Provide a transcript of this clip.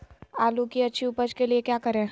आलू की अच्छी उपज के लिए क्या करें?